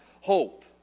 hope